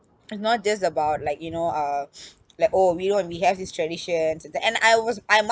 and not just about like you know uh like oh we know and we have these traditions and that and I was I must